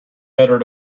uttered